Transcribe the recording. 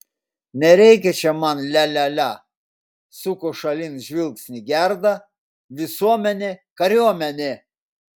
nereikia čia man lia lia lia suko šalin žvilgsnį gerda visuomenė kariuomenė